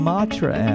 Matra